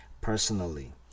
personally